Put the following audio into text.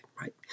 right